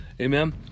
Amen